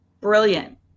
brilliant